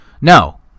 no